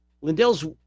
Lindell's